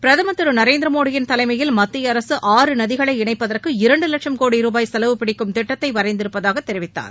பிரதமர் திரு நரேந்திர மோடியின் தலைமையில் மத்திய அரசு ஆறு நதிகளை இணைப்பதற்கு இரண்டு வட்சும் கோடி ரூபாய் செலவு பிடிக்கும் திட்டத்தை வரைந்திருப்பதாக அமைச்சர் தெரிவித்தார்